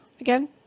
again